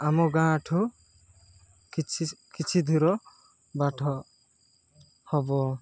ଆମ ଗାଁଠୁ କିଛି କିଛି ଦୂର ବାଟ ହବ